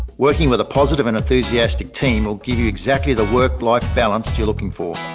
working with a positive and enthusiastic team will give you exactly the work life balance you're looking for.